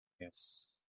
Yes